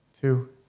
Two